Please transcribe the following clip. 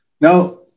Now